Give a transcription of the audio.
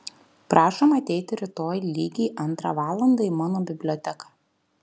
prašom ateiti rytoj lygiai antrą valandą į mano biblioteką